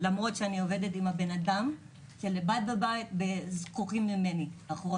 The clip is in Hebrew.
למרות שאני עובדת עם בן אדם שנמצא לבד בבית והוא זקוק לי בהכל.